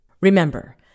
Remember